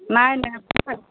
নাই নাই